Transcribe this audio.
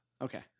Okay